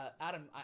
Adam